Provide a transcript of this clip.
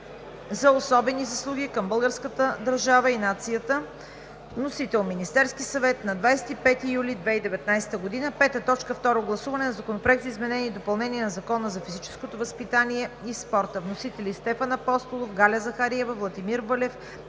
за особени заслуги към българската държава и нацията. Вносител е Министерският съвет на 25 юли 2019 г. 5. Второ гласуване на Законопроект за изменение и допълнение на Закона за физическото възпитание и спорта. Вносители са Стефан Апостолов, Галя Захариева, Владимир Вълев